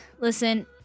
listen